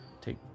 Take